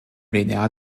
linear